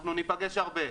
אנחנו ניפגש הרבה,